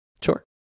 Sure